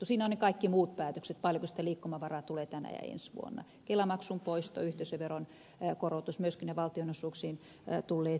siinä ovat ne kaikki muut päätökset paljonko sitä liikkumavaraa tulee tänä ja ensi vuonna kelamaksun poisto yhteisöveron korotus myöskin ne valtionosuuksiin tulleet lisäpanostukset